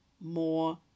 more